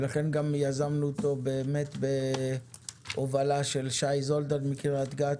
ולכן גם יזמנו אותו בהובלה של שי זולדן מקריית גת,